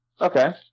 Okay